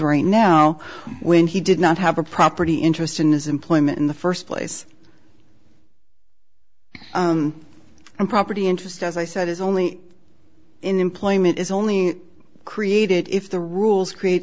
right now when he did not have a property interest in his employment in the first place property interest as i said is only employment is only created if the rules create